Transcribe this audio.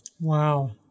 Wow